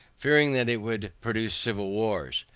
fearing that it would produce civil wars.